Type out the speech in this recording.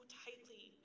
tightly